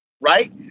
right